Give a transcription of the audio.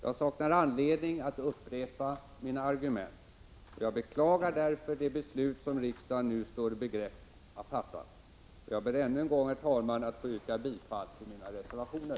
Jag saknar anledning att upprepa mina argument, men jag vill säga att jag beklagar det beslut som riksdagen nu står i begrepp att fatta. Herr talman! Jag ber att ännu en gång få yrka bifall till mina reservationer.